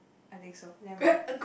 I think so never mind